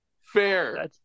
fair